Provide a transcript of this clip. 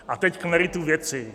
A teď k meritu věci.